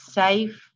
safe